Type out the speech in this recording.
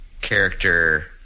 character